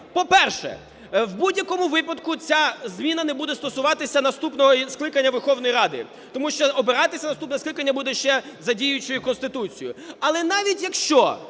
По-перше, в будь-якому випадку ця зміна не буде стосуватися наступного скликання Верховної Ради. Тому що обиратися наступне скликання буде ще за діючою Конституцією. Але навіть якщо,